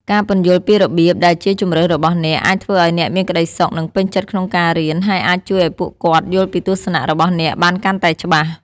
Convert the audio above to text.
ការពន្យល់ពីរបៀបដែលជាជម្រើសរបស់អ្នក អាចធ្វើឲ្យអ្នកមានក្ដីសុខ និងពេញចិត្តក្នុងការរៀន ហើយអាចជួយឲ្យពួកគាត់យល់ពីទស្សនៈរបស់អ្នកបានកាន់តែច្បាស់។